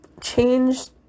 changed